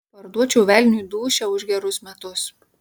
parduočiau velniui dūšią už gerus metus